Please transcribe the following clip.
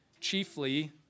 chiefly